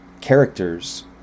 characters